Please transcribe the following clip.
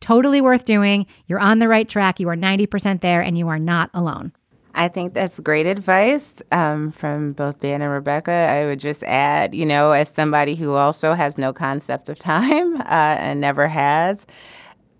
totally worth doing. you're on the right track. you are ninety percent there and you are not alone i think that's great advice um from both dan and rebecca. i would just add you know as somebody who also has no concept of time. and never has